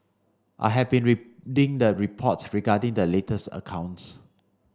I have been reading the reports regarding the latest accounts